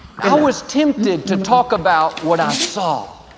i was tempted to talk about what i saw.